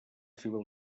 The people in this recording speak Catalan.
civil